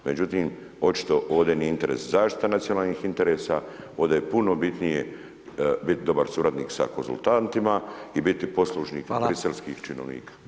Međutim, očito ovdje nije interes zaštita nacionalnih interesa, ovdje je puno bitnije biti dobar suradnik sa konzultantima i biti poslužni briselskih činovnika.